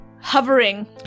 hovering